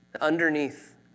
Underneath